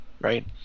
right